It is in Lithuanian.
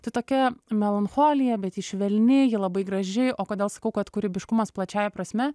tai tokia melancholija bet ji švelni ji labai graži o kodėl sakau kad kūrybiškumas plačiąja prasme